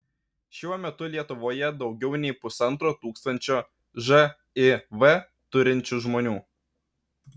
šiuo metu lietuvoje daugiau nei pusantro tūkstančio živ turinčių žmonių